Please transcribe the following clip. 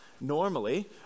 normally